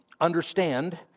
understand